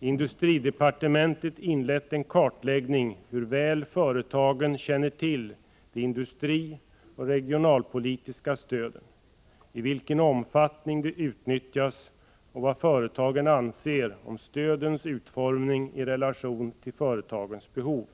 ”industridepartementet inlett en kartläggning av hur väl företagen känner till de industrioch regionalpolitiska stöden, i vilken omfattning de utnyttjas och vad företagen anser om stödens utformning i relation till företagens behov”.